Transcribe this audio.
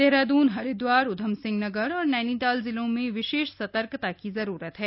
देहरादून हरिद्वार उद्यमसिंहनगर और नैनीताल जिलों में विशेष सतर्कता की जरूरत है